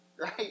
right